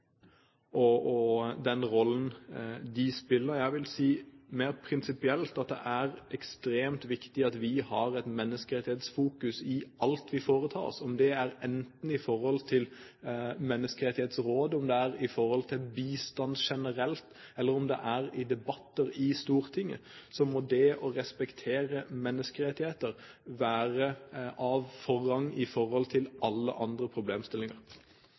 den rollen de spiller. Jeg vil si mer prinsipielt at det er ekstremt viktig at vi har et menneskerettighetsfokus i alt vi foretar oss. Om det er i tilknytning til Menneskerettighetsrådet, om det er i tilknytning til bistand generelt, eller om det er i tilknytning til debatter i Stortinget, må det å respektere menneskerettigheter få forrang foran alle andre problemstillinger.